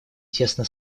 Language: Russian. тесно